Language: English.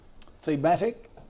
thematic